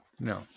No